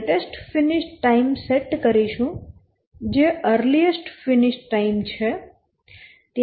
આપણે latest finish time set કરીશું જે અર્લીએસ્ટ ફિનિશ ટાઈમ છે